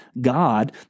God